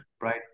right